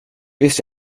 visst